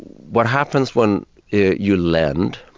what happens when you lend